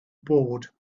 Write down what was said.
bored